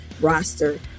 roster